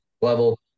level